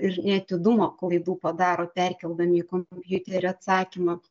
ir neatidumo klaidų padaro perkeldami į kompiuterį atsakymą